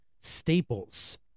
Staples